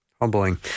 humbling